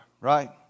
Right